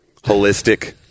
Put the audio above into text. Holistic